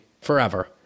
forever